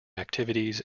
activities